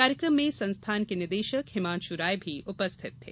कार्यकम में संस्थान के निदेशक हिमांशु राय भी उपस्थित थे